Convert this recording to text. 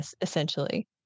essentially